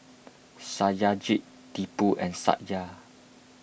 Satyajit Tipu and Satya